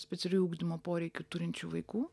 specialiųjų ugdymo poreikių turinčių vaikų